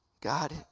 God